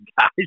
guys